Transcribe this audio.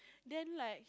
then like